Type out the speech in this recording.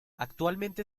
actualmente